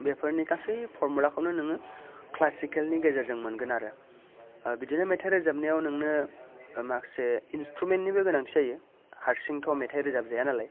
बेफोरनि गासै फरमुलाखौनो नोङो क्लासिकेलनि गेजेरजों मोनगोन आरो ओ बिदिनो मेथाइ रोजाबनायाव नोंनो माखासे इन्सट्रुमेन्टनिबो गोनांथि जायो हारसिंथ' मेथाइ रोजाब जायानालाय